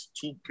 two